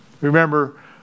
Remember